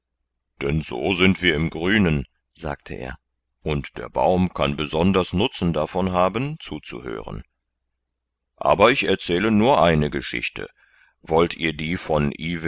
denn so sind wir im grünen sagte er und der baum kann besonders nutzen davon haben zuzuhören aber ich erzähle nur eine geschichte wollt ihr die von